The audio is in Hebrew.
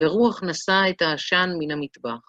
ורוח נשא את העשן מן המטבח.